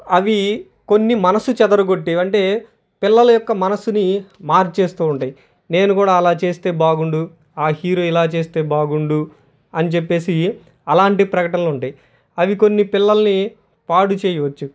అవి కొన్ని మనసు చదరు కొట్టేవి అంటే పిల్లల యొక్క మనసుని మార్చేస్తు ఉంటాయి నేను కూడా అలా చేస్తే బాగుండు ఆ హీరో ఇలా చేస్తే బాగుండు అని చెప్పేసి అలాంటి ప్రకటనలు ఉంటాయి అవి కొన్ని పిల్లలని పాడు చేయవచ్చు